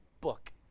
book